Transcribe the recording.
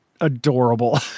Adorable